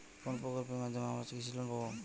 কোন প্রকল্পের মাধ্যমে আমরা কৃষি লোন পাবো?